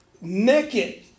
Naked